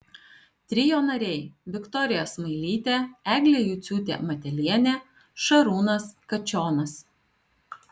trio nariai viktorija smailytė eglė juciūtė matelienė šarūnas kačionas